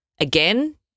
Again